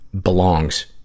belongs